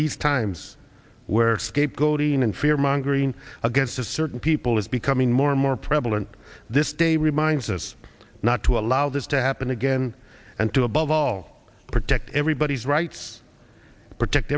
these times where scapegoating and fear mongering against a certain people is becoming more and more prevalent this day reminds us not to allow this to happen again and to above all protect everybody's rights protect